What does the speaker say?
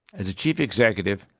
as a chief executive,